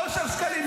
זה עוד זמן.